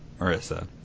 Marissa